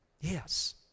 Yes